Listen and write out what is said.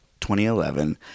2011